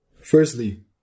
Firstly